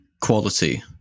quality